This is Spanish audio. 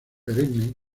perenne